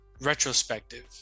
retrospective